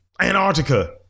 Antarctica